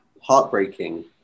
heartbreaking